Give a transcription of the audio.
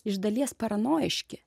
iš dalies paranojiški